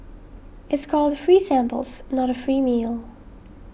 it's called free samples not a free meal